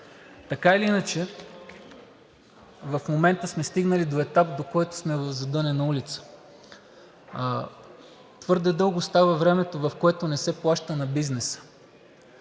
Така или иначе в момента сме стигнали до етап, до който сме в задънена улица. Твърде дълго става времето, в което не се плаща на бизнеса.